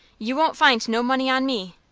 you won't find no money on me.